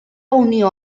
unió